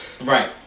Right